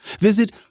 visit